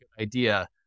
idea